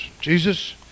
Jesus